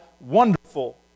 Wonderful